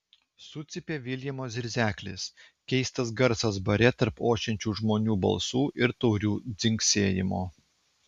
sucypė viljamo zirzeklis keistas garsas bare tarp ošiančių žmonių balsų ir taurių dzingsėjimo